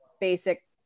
basic